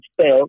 spell